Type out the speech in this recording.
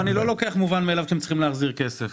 לא לוקח כמובן מאליו שהם יודעים להחזיר כסף.